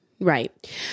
Right